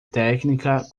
técnica